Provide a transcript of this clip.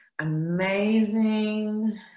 Amazing